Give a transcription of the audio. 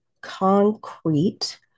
concrete